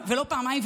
אבל הוא לא אמר את